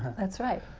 that's right.